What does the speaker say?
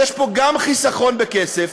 אז יש פה גם חיסכון בכסף,